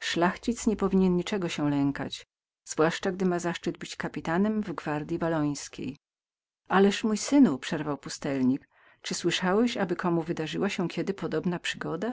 szlachcic nie powinien niczego się lękać tem bardziej zwłaszcza gdy ma zaszczyt być kapitanem w gwardyi wallońskiej ależ mój synu przerwał pustelnik czy szłyszałeśsłyszałeś aby komu wydarzyła się kiedy podobna przygoda